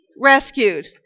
rescued